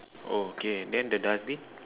okay then the dustbin